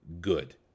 good